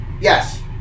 yes